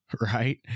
right